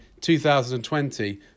2020